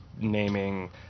naming